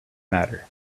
matter